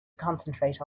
concentrate